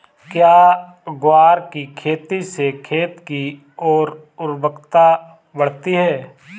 क्या ग्वार की खेती से खेत की ओर उर्वरकता बढ़ती है?